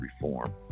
reform